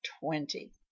twenty